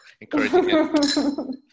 encouraging